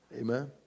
Amen